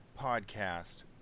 podcast